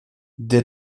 der